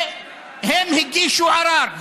הן הגישו ערר,